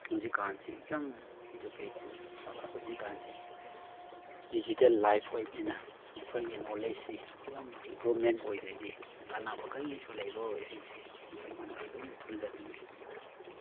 ꯍꯧꯖꯤꯛꯀꯥꯟꯁꯤ ꯌꯥꯝ ꯏꯗꯨꯀꯦꯁꯟ ꯍꯧꯖꯤꯛꯀꯥꯟꯁꯤ ꯗꯤꯖꯤꯇꯦꯜ ꯂꯥꯏꯐ ꯑꯣꯏꯕꯅꯤꯅ ꯑꯩꯈꯣꯏꯒꯤ ꯅꯣꯂꯦꯖꯁꯤ ꯌꯥꯝ ꯏꯟꯄ꯭ꯔꯨꯃꯦꯟ ꯑꯣꯏꯗ꯭ꯔꯗꯤ ꯀꯥꯅꯕ ꯀꯔꯤꯁꯨ ꯂꯩꯔꯣꯏ ꯍꯥꯏꯕꯁꯤ ꯃꯈꯣꯏꯉꯣꯟꯗ ꯑꯗꯨꯝ ꯊꯝꯖꯅꯤꯡꯉꯤ